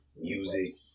music